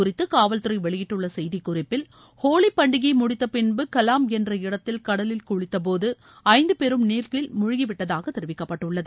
குறித்து காவல்துறை வெளியிட்டுள்ள செய்திக் குறிப்பில் ஹோலி பண்டிகையை இது முடித்தபின்பு கலாம்ப் என்ற இடத்தில் கடலில் குளித்தபோது ஐந்து பேரும் நீரில் மூழ்கிவிட்டதாக தெரிவிக்கப்பட்டுள்ளது